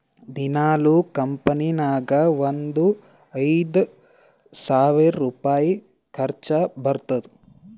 ದಿನಾಲೂ ಕಂಪನಿ ನಾಗ್ ಒಂದ್ ಐಯ್ದ ಸಾವಿರ್ ರುಪಾಯಿ ಖರ್ಚಾ ಬರ್ತುದ್